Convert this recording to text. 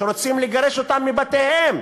שרוצים לגרש אותם מבתיהם.